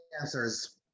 answers